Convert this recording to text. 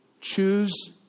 choose